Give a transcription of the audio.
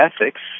ethics